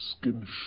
skin